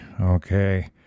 okay